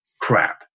crap